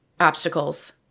obstacles